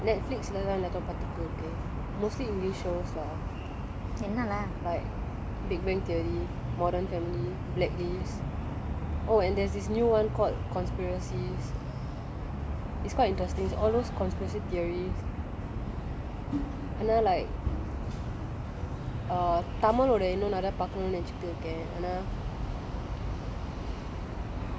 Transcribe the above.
என்னா:enna T_V shows netflix lah தான் எல்லாத்தையும் பாத்துக்கிட்டு இருக்கன்:than ellathayum pathukittu irukkan mostly english shows lah like big bang theory modern family blacklist oh and there's this new one called consipiracies it's quite interesting all those consiparcy theories ஆனா:aana like tamil லோட இன்னும் நெறைய பாக்கொனுனு நெனச்சிட்டு இருக்கன்:loda innum neraya paakkonunu nenechittu irukkan